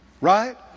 Right